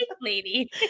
lady